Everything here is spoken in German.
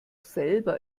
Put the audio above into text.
selber